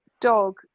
dog